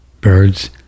Birds